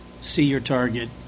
see-your-target